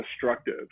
destructive